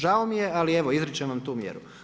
Žao mi je ali evo izričem vam tu mjeru.